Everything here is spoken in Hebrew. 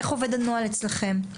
איך עובד הנוהל אצלכם.